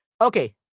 Okay